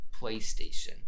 PlayStation